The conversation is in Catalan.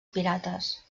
pirates